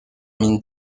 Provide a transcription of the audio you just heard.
mine